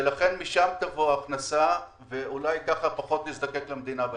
ולכן משם תבוא ההכנסה ואולי כך פחות נזדקק למדינה בהמשך.